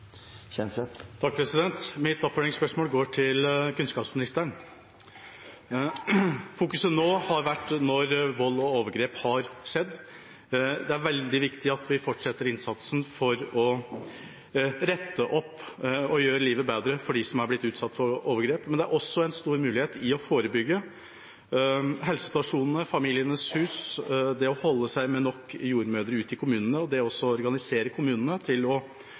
til oppfølgingsspørsmål. Mitt oppfølgingsspørsmål går til kunnskapsministeren. Fokuset nå har vært på vold og overgrep som har skjedd. Det er veldig viktig at vi fortsetter innsatsen for å rette opp og gjøre livet bedre for dem som er blitt utsatt for overgrep, men det er også en stor mulighet i å forebygge. I tillegg til helsestasjonene, ulike Familiens hus, det å holde seg med nok jordmødre ute i kommunene og å organisere kommunene for å få til